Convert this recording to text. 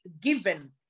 given